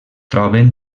troben